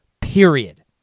Period